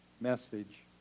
message